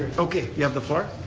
okay, you have the floor.